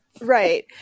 Right